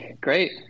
Great